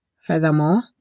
Furthermore